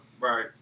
Right